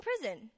prison